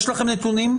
יש לכם נתונים?